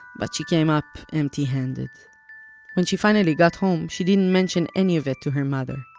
but she came up empty-handed when she finally got home, she didn't mention any of it to her mother